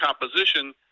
composition